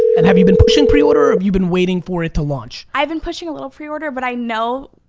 and have you been pushing preorder or have you been waiting for it to launch? i have been pushing a little preorder but i know,